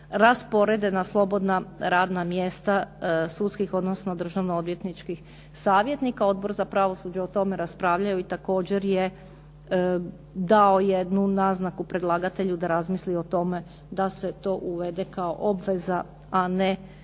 rasporede na slobodna radna mjesta sudskih odnosno državno-odvjetničkih savjetnika. Odbor za pravosuđe je o tome raspravljao i također je dao jednu naznaku predlagatelju da razmisli o tome da se to uvede kao obveza a ne